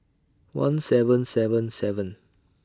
one seven seven seven